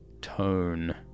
tone